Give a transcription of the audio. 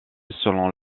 selon